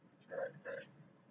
correct correct